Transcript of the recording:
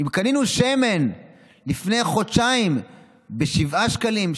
אם קנינו שמן לפני חודשיים ב-7 שקלים,